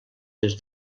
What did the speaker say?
des